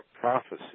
prophecy